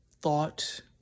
thought